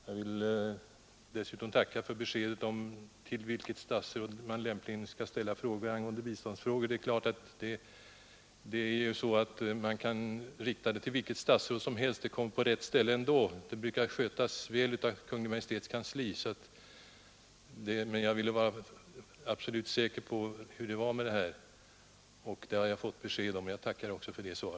Jag vill dessutom tacka för beskedet om till vilket statsråd man skall ställa interpellationer om biståndsfrågor. Man kan ju rikta dem till vilket statsråd som helst. Eftersom allt brukar skötas väl av Kungl. Maj:ts kansli, brukar de ändå hamna på rätt ställe. Jag ville emellertid vara absolut säker, och jag tackar även för detta svar.